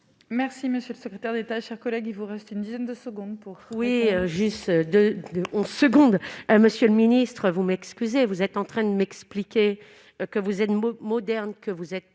Merci monsieur le secrétaire d'État, chers collègues, il vous reste une dizaine de secondes pour jouer juste 2. De 11 secondes monsieur le ministre, vous m'excusez, vous êtes en train de m'expliquer que vous êtes moderne que vous êtes